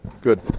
Good